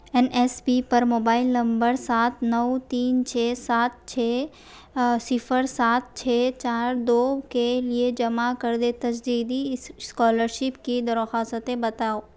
N S P پر mobile number سات نو تین چھ سات چھ صفر سات چھ چار دو کے لیے جمع کردہ تجدیدی اس اسکالرشپ کی درخواستیں بتاؤ